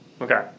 Okay